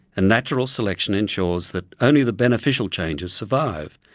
and natural selection ensures that only the beneficial changes survive.